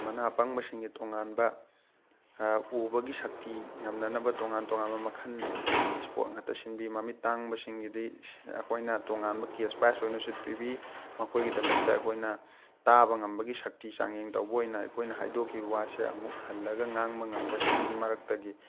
ꯃꯅꯥ ꯄꯪꯕꯁꯤꯡꯒꯤ ꯇꯣꯉꯥꯟꯕ ꯎꯕꯒꯤ ꯁꯛꯇꯤ ꯉꯝꯅꯅꯕ ꯇꯣꯉꯥꯟ ꯇꯣꯉꯥꯟꯕ ꯃꯈꯜꯒꯤ ꯏꯁꯄꯣꯔꯠ ꯉꯥꯛꯇ ꯁꯤꯟꯕꯤ ꯃꯃꯤꯠ ꯇꯥꯡꯕꯁꯤꯡꯒꯤꯗꯤ ꯑꯩꯈꯣꯏꯅ ꯇꯣꯉꯥꯟꯕ ꯀꯦꯁ ꯄ꯭ꯔꯥꯏꯖ ꯑꯣꯏꯅꯁꯨ ꯄꯤꯕꯤ ꯃꯈꯣꯏꯒꯤꯗꯃꯛꯇ ꯑꯩꯈꯣꯏꯅꯅ ꯇꯥꯕ ꯉꯝꯕꯒꯤ ꯁꯛꯇꯤ ꯆꯥꯡꯌꯦꯡ ꯇꯧꯕ ꯑꯣꯏꯅ ꯑꯩꯈꯣꯏꯅ ꯍꯥꯏꯗꯣꯛꯈꯤꯕ ꯋꯥꯁꯦ ꯑꯃꯨꯛ ꯍꯜꯂꯒ ꯉꯥꯡꯕ ꯉꯝꯕꯁꯤꯡꯒꯤ ꯃꯔꯛꯇꯒꯤ